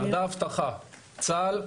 צה"ל,